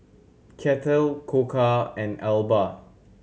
Kettle Koka and Alba